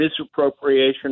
misappropriation